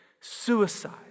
suicide